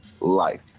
life